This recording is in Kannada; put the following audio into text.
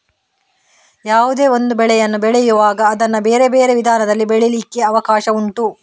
ಯಾವುದೇ ಒಂದು ಬೆಳೆಯನ್ನು ಬೆಳೆಯುವಾಗ ಅದನ್ನ ಬೇರೆ ಬೇರೆ ವಿಧಾನದಲ್ಲಿ ಬೆಳೀಲಿಕ್ಕೆ ಅವಕಾಶ ಉಂಟು